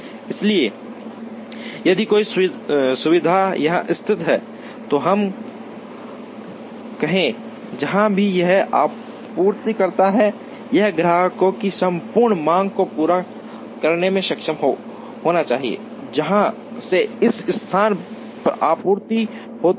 इसलिए यदि कोई सुविधा यहां स्थित है तो हम कहें जहां भी यह आपूर्ति करता है यह ग्राहकों की संपूर्ण मांग को पूरा करने में सक्षम होना चाहिए जहां से इस स्थान पर आपूर्ति होती है